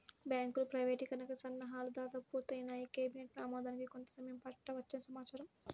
బ్యాంకుల ప్రైవేటీకరణకి సన్నాహాలు దాదాపు పూర్తయ్యాయని, కేబినెట్ ఆమోదానికి కొంత సమయం పట్టవచ్చని సమాచారం